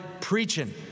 preaching